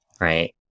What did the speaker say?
right